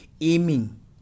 Aiming